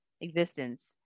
existence